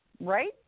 Right